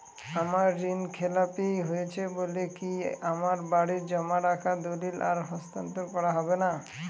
আমার ঋণ খেলাপি হয়েছে বলে কি আমার বাড়ির জমা রাখা দলিল আর হস্তান্তর করা হবে না?